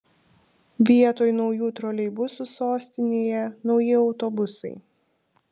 vietoj naujų troleibusų sostinėje nauji autobusai